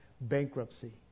bankruptcy